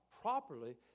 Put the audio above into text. properly